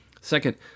Second